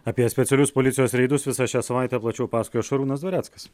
apie specialius policijos reidus visą šią savaitę plačiau pasakoja šarūnas dvareckas